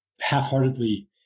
half-heartedly